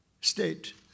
state